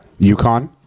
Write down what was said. UConn